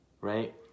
right